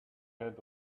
had